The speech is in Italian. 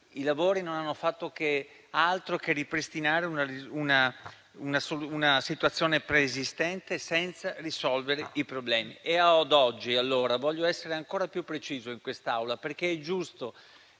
I lavori non hanno fatto altro che ripristinare la situazione preesistente, senza risolvere i problemi. Oggi, allora, voglio essere ancora più preciso in quest'Aula, perché è giusto